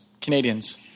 Canadians